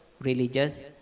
religious